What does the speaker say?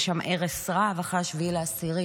יש שם הרס רב אחרי 7 באוקטובר,